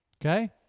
Okay